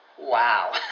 Wow